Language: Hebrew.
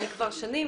אני כבר שנים,